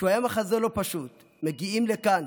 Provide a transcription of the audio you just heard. לא פשוט: מגיע לכאן